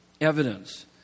evidence